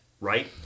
right